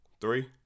three